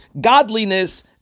godliness